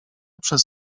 przez